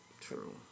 True